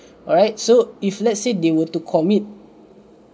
alright so if let's say they were to commit